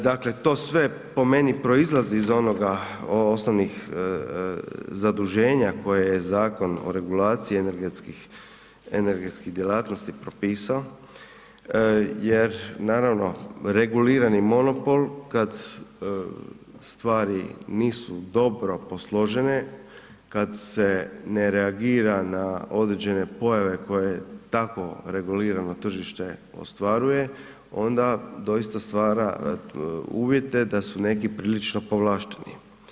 Dakle to sve po meni proizlazi iz osnovnih zaduženja koje je Zakon o regulaciji energetskih djelatnosti propisao jer naravno regulirani monopol kada stvari nisu dobro posložene, kad se ne reagira na određene pojave koje takvo regulirano tržite ostvaruje onda doista stvara uvjete da su neki prilično povlašteni.